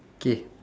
K